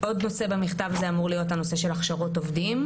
עוד נושא במכתב הזה אמור להיות הנושא של הכשרות עובדים.